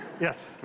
Yes